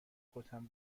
کتم